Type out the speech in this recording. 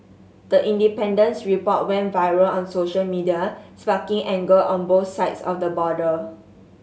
the Independent's report went viral on social media sparking anger on both sides of the border